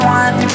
one